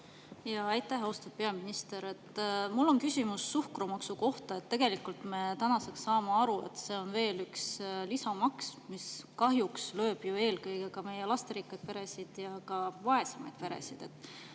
… Aitäh! Austatud peaminister! Mul on küsimus suhkrumaksu kohta. Me oleme tänaseks aru saanud, et see on veel üks lisamaks, mis kahjuks lööb ju eelkõige meie lasterikkaid peresid ja ka vaesemaid peresid.